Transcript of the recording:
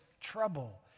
trouble